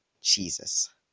Jesus